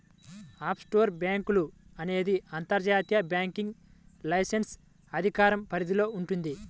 offshore బ్యేంకులు అనేది అంతర్జాతీయ బ్యాంకింగ్ లైసెన్స్ అధికార పరిధిలో వుంటది